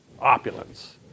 opulence